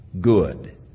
good